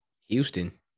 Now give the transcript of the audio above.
Houston